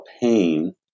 pain